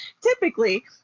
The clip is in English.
typically